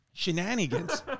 Shenanigans